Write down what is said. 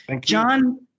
John